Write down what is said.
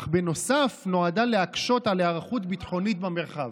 אך בנוסף גם נועדה להקשות על היערכות ביטחונית במרחב".